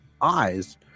eyes